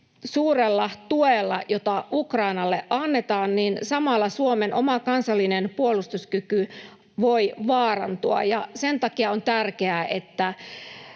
suurella tuella, jota Ukrainalle annetaan, Suomen oma kansallinen puolustuskyky voi samalla vaarantua, ja sen takia on tärkeää, että